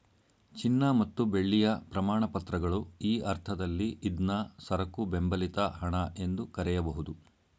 ಚಿನ್ನ ಮತ್ತು ಬೆಳ್ಳಿಯ ಪ್ರಮಾಣಪತ್ರಗಳು ಈ ಅರ್ಥದಲ್ಲಿ ಇದ್ನಾ ಸರಕು ಬೆಂಬಲಿತ ಹಣ ಎಂದು ಕರೆಯಬಹುದು